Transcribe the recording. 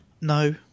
No